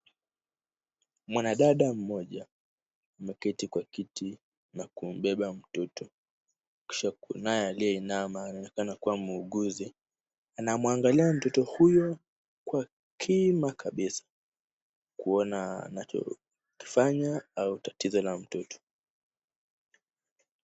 Mwanadada mmoja ameketi kwa kiti na kumbeba mtoto, kisha kunaye aliyeinama anaonekana kuwa muuguzi. Anamwangalia mtoto huyu kwakima kabisa kuona anachokifanya au tatizo la mtoto.